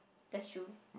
that's true